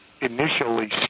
initially